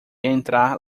entrar